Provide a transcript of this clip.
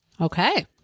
Okay